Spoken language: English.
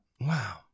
Wow